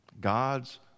God's